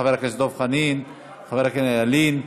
חבר הכנסת דב חנין וחבר הכנסת ילין,